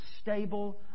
stable